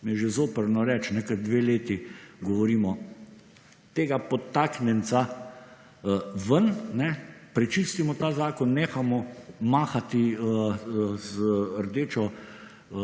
je že zoprno reči, ker 2 leti govorimo, tega podtaknjenca ven, prečistimo ta zakon, nehamo mahati z rdečo